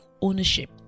ownership